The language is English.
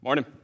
Morning